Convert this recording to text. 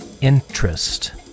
interest